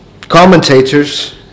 Commentators